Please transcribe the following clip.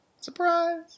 Surprise